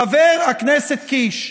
חבר הכנסת קיש,